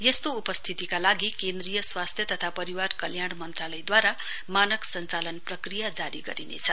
यस्तो उपस्थितीका लागि केन्द्रीय स्वास्थ्य तथा परिवार कल्याण मन्त्रालयद्वारा मानक सञ्चालया प्रक्रिया जारी गरिनेछ